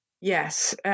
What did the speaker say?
Yes